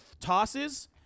tosses